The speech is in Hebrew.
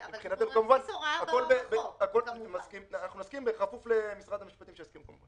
כמובן, בכפוף להסכמה של משרד המשפטים.